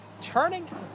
turning